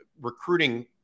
recruiting